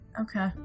Okay